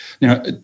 Now